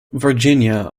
virginia